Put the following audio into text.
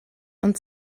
ond